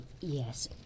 yes